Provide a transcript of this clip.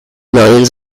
millions